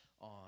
on